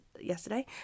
yesterday